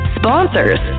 sponsors